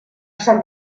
sant